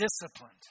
disciplined